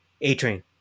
A-Train